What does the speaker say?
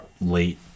late